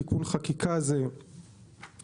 תיקון החקיקה קיים,